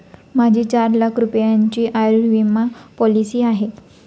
माझी चार लाख रुपयांची आयुर्विमा पॉलिसी आहे